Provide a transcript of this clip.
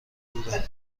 بودن